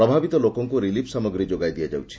ପ୍ରଭାବିତ ଲୋକଙ୍କୁ ରିଲିଫ୍ ସାମଗ୍ରୀ ଯୋଗାଇ ଦିଆଯାଉଛି